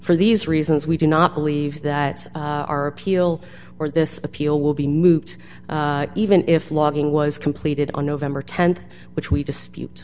for these reasons we do not believe that our appeal or this appeal will be moot even if logging was completed on november th which we dispute